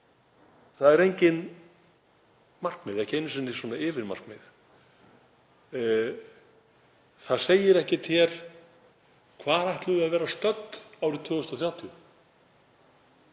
það eru engin markmið, ekki einu sinni svona yfirmarkmið. Það segir ekkert hér: Hvar ætlum við að vera stödd árið 2030?